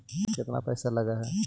केतना पैसा लगय है?